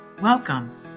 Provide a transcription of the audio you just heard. Welcome